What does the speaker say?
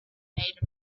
made